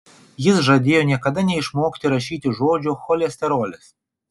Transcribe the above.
jis žadėjo niekada neišmokti rašyti žodžio cholesterolis